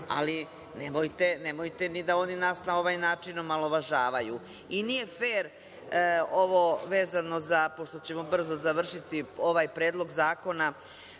je. Nemojte da oni nas na ovaj način omalovažavaju. Nije fer, vezano za, pošto ćemo brzo završiti ovaj predlog zakona,